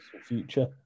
future